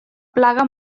plaga